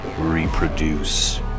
reproduce